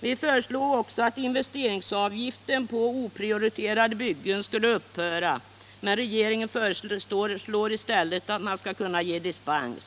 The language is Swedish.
Vi ville också att investeringsavgiften på oprioriterade byggen skulle upphöra, men regeringen föreslår i stället att man skall kunna ge dispens.